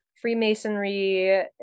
Freemasonry